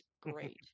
great